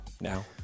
now